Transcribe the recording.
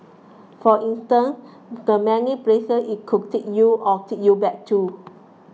for instance the many places it could take you or take you back to